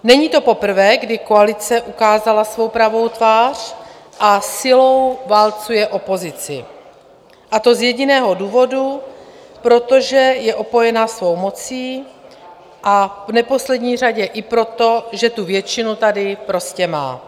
Není to poprvé, kdy koalice ukázala svou pravou tvář a silou válcuje opozici, a to z jediného důvodu, protože je opojena svou mocí, a v neposlední řadě i proto, že tu většinu tady prostě má.